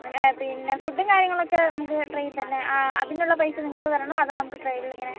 ആ അങ്ങനെ പിന്നെ ഫുഡും കാര്യങ്ങളൊക്കെ നമുക്ക് ട്രെയിനിൽ തന്നെ ആ അതിന് ഉള്ള പൈസ നിങ്ങൾക്ക് തരണോ അതോ നമുക്ക് ട്രെയിനിൽ ഇങ്ങനെ